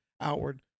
outward